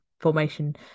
formation